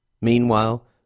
meanwhile